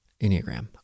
enneagram